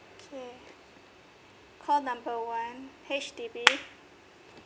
kay~ call number one H_D_B